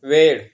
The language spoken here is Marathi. वेळ